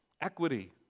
Equity